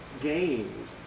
games